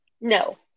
no